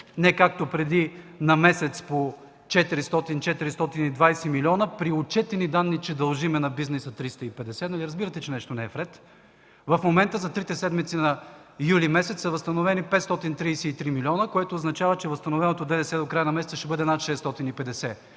не както преди – на месец по около 400-420 млн. лв., при отчетени данни, че дължим на бизнеса 350 млн. лв., нали разбирате, че нещо не е в ред, в момента за трите седмици на месец юли са възстановени 533 млн. лв., което означава, че възстановеното ДДС до края на месеца ще бъде над 650 млн.